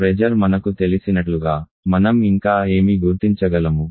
pressure మనకు తెలిసినట్లుగా మనం ఇంకా ఏమి గుర్తించగలము